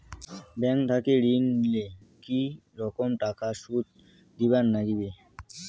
Bank থাকি ঋণ নিলে কি রকম টাকা সুদ দিবার নাগিবে?